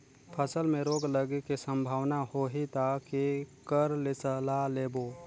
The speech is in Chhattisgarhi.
फसल मे रोग लगे के संभावना होही ता के कर ले सलाह लेबो?